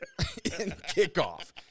kickoff